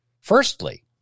Firstly